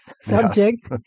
subject